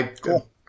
Cool